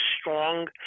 strong